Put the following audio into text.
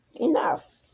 enough